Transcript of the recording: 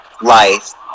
life